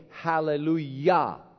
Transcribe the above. hallelujah